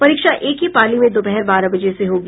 परीक्षा एक ही पाली में दोपहर बारह बजे से होगी